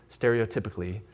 stereotypically